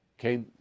okay